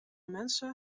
mensen